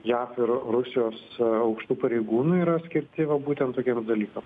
jav ir rusijos aukštų pareigūnų yra skirti va būtent tokiems dalykams